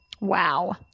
Wow